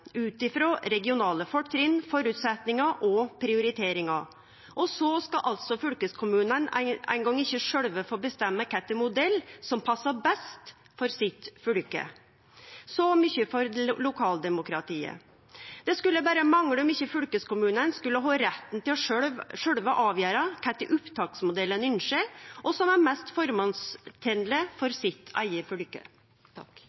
ut frå regionale fortrinn, føresetnader og prioriteringar. Og så skal ikkje fylkeskommunane eingong få bestemme sjølve kva modell som passar best for deira eige fylke – så mykje for lokaldemokratiet. Det skulle berre mangle om ikkje fylkeskommunane skulle ha retten til sjølve å avgjere kva type opptaksmodell ein ynskjer, og som er mest føremålstenleg for